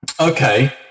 Okay